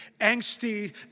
angsty